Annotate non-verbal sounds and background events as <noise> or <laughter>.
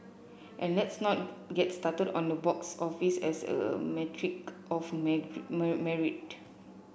and let's not get started on the box office as a metric of <unintelligible> merit